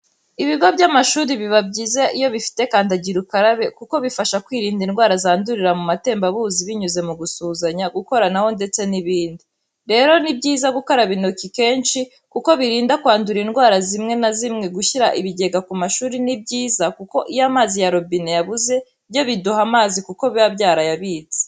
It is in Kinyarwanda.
Ibigo by'amashuri biba byiza iyo bifite kandagira ukarabe kuko bifasha kwirinda indwara zandurira mu matembabuzi binyuze mu gusuhuzanya, gukoranaho ndetse n'ibindi. Rero ni byiza gukaraba intoki kenshi kuko birinda kwandura indwara zimwe na zimwe, gushyira ibigega ku mashuri ni byiza kuko iyo amazi ya robine yabuze byo biduha amazi kuko biba byarayabitse.